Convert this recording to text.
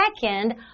Second